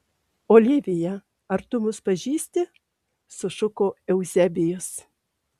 olivija ar tu mus pažįsti sušuko euzebijus